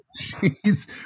Jeez